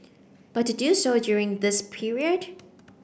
but to do so during this period